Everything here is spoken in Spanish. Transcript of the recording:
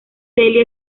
celia